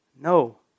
No